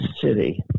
city